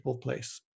place